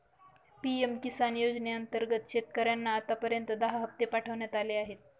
PM Kisan योजनेअंतर्गत शेतकऱ्यांना आतापर्यंत दहा हप्ते पाठवण्यात आले आहेत